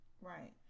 Right